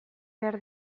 behar